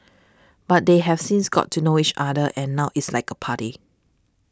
but they have since got to know each other and now it is like a party